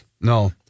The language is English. no